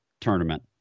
Tournament